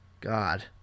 God